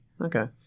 Okay